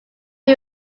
who